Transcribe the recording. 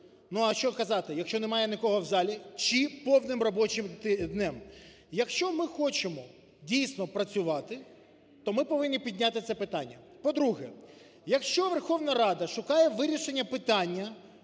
(а що казати, якщо немає нікого в залі), чи повним робочим днем. Якщо ми хочемо, дійсно, працювати, то ми повинні підняти це питання. По-друге, якщо Верховна Рада шукає вирішення питання